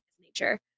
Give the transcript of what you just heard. nature